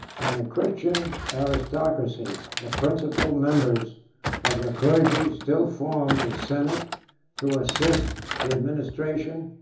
in the christian aristocracy, the principal members of the clergy still formed a senate to assist the administration,